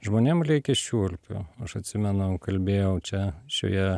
žmonėm leikia šiurpių aš atsimenu kalbėjau čia šioje